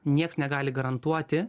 nieks negali garantuoti